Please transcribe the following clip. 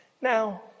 Now